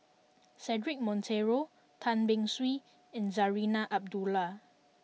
Cedric Monteiro Tan Beng Swee and Zarinah Abdullah